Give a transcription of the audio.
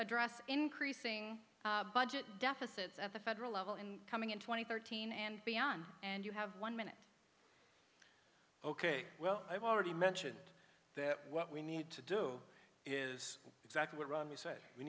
address increasing budget deficits at the federal level in coming in twenty thirteen and beyond and you have one minute ok well i've already mentioned that what we need to do is exactly what ron we say we